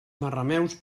marrameus